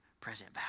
present